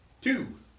two